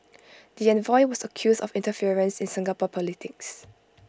the envoy was accused of interference in Singapore politics